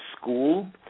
school